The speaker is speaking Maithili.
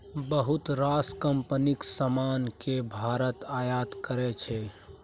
बहुत रास कंपनीक समान केँ भारत आयात करै छै